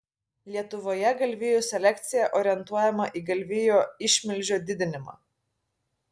lietuvoje galvijų selekcija orientuojama į galvijų išmilžio didinimą